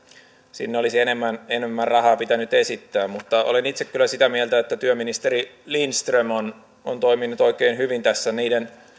sinne olisi enemmän enemmän rahaa pitänyt esittää mutta olen itse kyllä sitä mieltä että työministeri lindström on on toiminut oikein hyvin tässä niiden